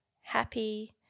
happy